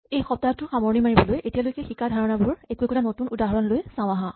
এই সপ্তাহটোৰ সামৰণী মাৰিবলৈ এতিয়ালৈকে শিকা ধাৰণাবোৰৰ একো একোটা উদাহৰণ লৈ চাওঁ আহাঁ